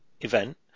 event